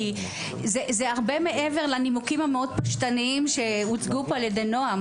כי זה הרבה מעבר לנימוקים הפשטניים שהוצגו פה על ידי נעם.